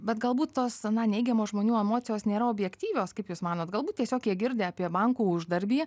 bet galbūt tos na neigiamos žmonių emocijos nėra objektyvios kaip jūs manote galbūt tiesiog jie girdi apie bankų uždarbį